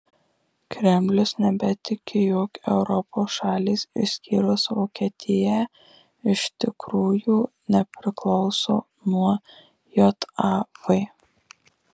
kremlius nebetiki jog europos šalys išskyrus vokietiją iš tikrųjų nepriklauso nuo jav